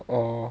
oh